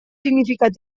significat